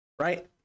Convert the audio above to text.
right